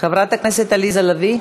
חברת הכנסת עליזה לביא.